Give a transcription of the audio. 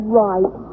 right